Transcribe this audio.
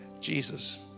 Jesus